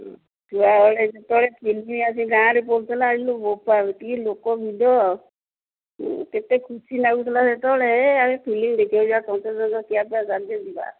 ହୁଁ ଛୁଆବେଳେ ଯେତେବେଳେ ଫିଲ୍ମ ଆସି ଗାଁ'ରେ ପଡ଼ୁଥିଲା ଇଲୋ ବୋପା ଲୋ କି ଲୋକ ଭିଡ଼ ଆଉ କେତେ ଖୁସି ଲାଗୁଥିଲା ସେତେବେଳେ ଆମେ ଫିଲ୍ମ ଦେଖିବା ଆମେ ଯିବା